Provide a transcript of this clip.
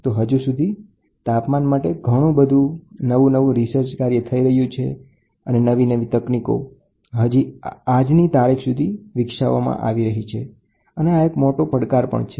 તો હજુ સુધી તાપમાન માપન માટે ઘણું બધું રિસર્ચ કાર્ય થઈ રહ્યું છે અને નવી તકનીકો આજ તારીખ સુધી વિકસાવાઈ રહી છે અને આ મુદ્દો એક મોટો પડકાર છે